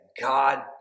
God